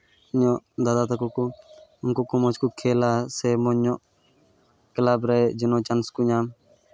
ᱧᱚᱜ ᱫᱟᱫᱟ ᱛᱟᱠᱚ ᱠᱚ ᱩᱱᱠᱩ ᱠᱚ ᱢᱚᱡᱽ ᱠᱚ ᱠᱷᱮᱞᱟ ᱥᱮ ᱢᱚᱡᱽ ᱧᱚᱜ ᱠᱞᱟᱵᱽ ᱨᱮ ᱡᱮᱱᱚ ᱪᱟᱱᱥ ᱠᱚ ᱧᱟᱢ